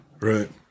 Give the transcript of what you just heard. Right